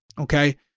Okay